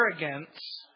arrogance